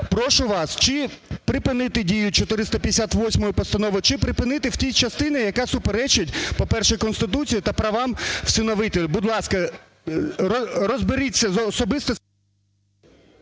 Прошу вас, чи припинити дію 458 постанови, чи припинити в тій частині, яка суперечить, по-перше, Конституції та правам усиновителів. Будь ласка, розберіться особисто